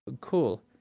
cool